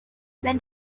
when